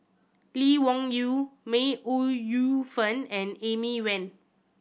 Lee Wung Yew May Ooi Yu Fen and Amy Van